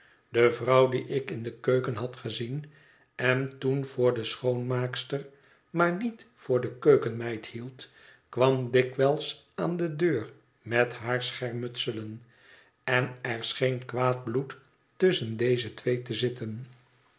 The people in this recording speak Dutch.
de vrouw die ik in de keuken had gezien en toen voor de schoonmaakster maar niet voor de keukenmeid hield kwam dikwijls aan de deur met haar schermutselen en er scheen kwaad bloed tusschen deze twee te zitten